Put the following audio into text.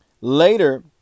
Later